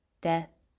death